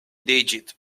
digit